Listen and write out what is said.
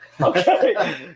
Okay